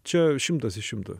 čia šimtas iš šimto